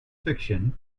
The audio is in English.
fiction